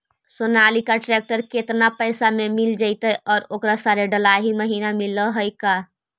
Sonalika tractor केतना पैसा में मिल जइतै और ओकरा सारे डलाहि महिना मिलअ है का?